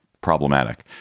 problematic